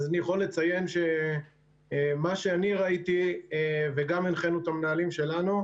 אז אני יכול לציין שמה שאני ראיתי וגם הנחינו את המנהלים שלנו,